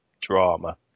drama